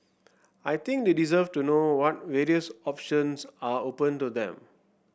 I think they deserve to know what various options are open to them